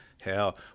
hell